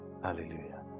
hallelujah